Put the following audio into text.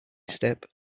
step